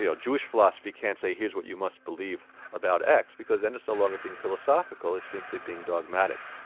yeah jewish philosophy can't say, here's what you must believe about x, because then it's no longer being philosophical, it's simply being dogmatic.